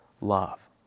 love